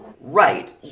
Right